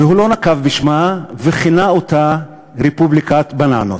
והוא לא נקב בשמה, וכינה אותה "רפובליקת בננות".